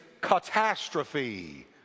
catastrophe